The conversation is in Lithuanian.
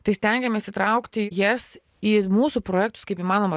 tai stengėmės įtraukti jas į mūsų projektus kaip įmanoma